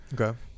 Okay